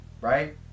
right